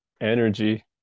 energy